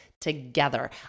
together